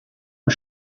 und